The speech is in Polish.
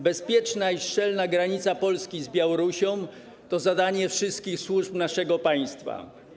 Bezpieczna i szczelna granica między Polską a Białorusią to zadanie wszystkich służb naszego państwa.